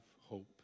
hope